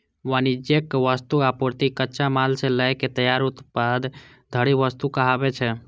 वाणिज्यिक वस्तु, आपूर्ति, कच्चा माल सं लए के तैयार उत्पाद धरि वस्तु कहाबै छै